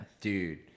dude